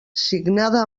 signada